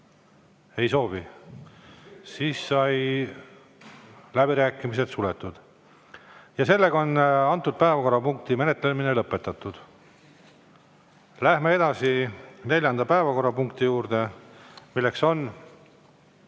Ei soovi. Seega said läbirääkimised suletud ja antud päevakorrapunkti menetlemine on lõpetatud. Läheme edasi neljanda päevakorrapunkti juurde, milleks on